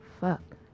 Fuck